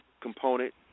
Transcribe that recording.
component